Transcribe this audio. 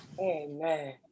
Amen